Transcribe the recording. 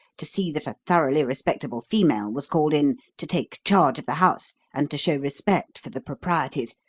to see that a thoroughly respectable female was called in to take charge of the house and to show respect for the proprieties,